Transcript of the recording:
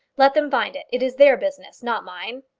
let them find it. it is their business not mine.